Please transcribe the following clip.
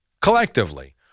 collectively